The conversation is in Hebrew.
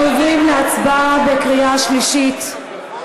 אנחנו עוברים להצבעה בקריאה שלישית.